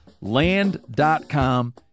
Land.com